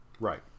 Right